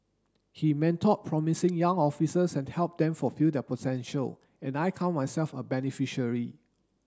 he mentored promising young officers and helped them fulfil their potential and I count myself a beneficiary